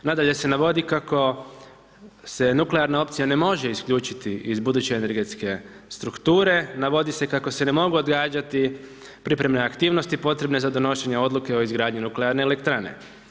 Nadalje se navodi kako se nuklearna opcija ne može isključiti iz buduće energetske strukture, navodi se kako se ne mogu odgađati pripremne aktivnosti potrebne za donošenje odluke o izgradnji nuklearne elektrane.